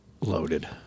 loaded